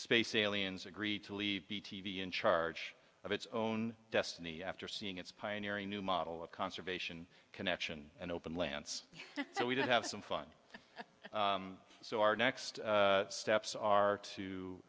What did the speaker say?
space aliens agreed to leave the t v in charge of its own destiny after seeing its pioneering new model of conservation connection and open lance so we did have some fun so our next steps are